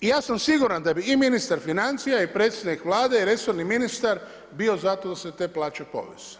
I ja sam siguran da bi i ministar financija i predsjednik Vlade, i resorni ministar bio za to da se te plaće povise.